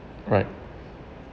right